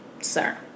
sir